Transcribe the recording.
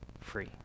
free